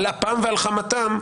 על אפם ועל חמתם,